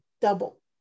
double